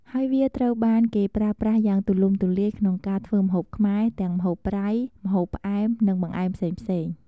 ហើយវាត្រូវបានគេប្រើប្រាស់យ៉ាងទូលំទូលាយក្នុងការធ្វើម្ហូបខ្មែរ ទាំងម្ហូបប្រៃ ម្ហូបផ្អែម និងបង្អែមផ្សេងៗ។